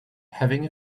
having